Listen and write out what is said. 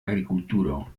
agrikulturo